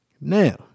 Now